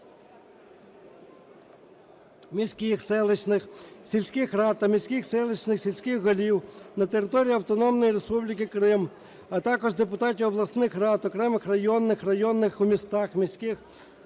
міських, селищних, сільських рад та міських, селищних, сільських голів на території Автономної Республіки Крим, а також депутатів обласних рад окремих районних, районних у містах, міських,